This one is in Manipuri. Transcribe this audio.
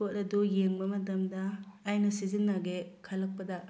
ꯄꯣꯠ ꯑꯗꯨ ꯌꯦꯡꯕ ꯃꯇꯝꯗ ꯑꯩꯅ ꯁꯤꯖꯤꯟꯅꯒꯦ ꯈꯜꯂꯛꯄꯗ